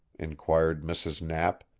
inquired mrs. knapp,